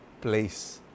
place